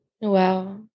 Wow